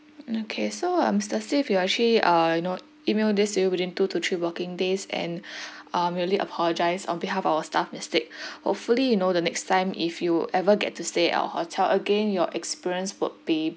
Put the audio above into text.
okay so uh mister steve we'll actually uh you know email this to you within two to three working days and uh we apologise on behalf of our staff mistake hopefully you know the next time if you ever get to stay at our hotel again your experience would be